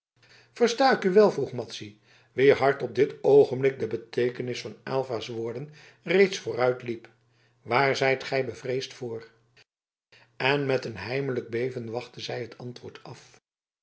versta ik u wel vroeg madzy wier hart op dit oogenblik de beteekenis van aylva's woorden reeds vooruit liep waar zijt gij bevreesd voor en met een heimelijk beven wachtte zij het antwoord af